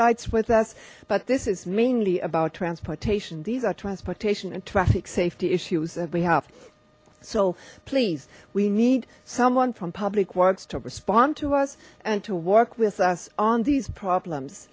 lights with us but this is mainly about transportation these are transportation and traffic safety issues that we have so please we need someone from public works to respond to us and to work with us on these problems